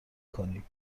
کنیم